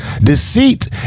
Deceit